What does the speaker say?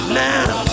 now